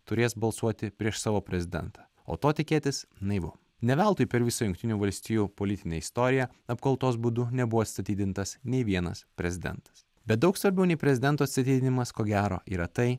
turės balsuoti prieš savo prezidentą o to tikėtis naivu ne veltui per visą jungtinių valstijų politinę istoriją apkaltos būdu nebuvo atstatydintas nei vienas prezidentas bet daug svarbiau nei prezidento atstatydinimas ko gero yra tai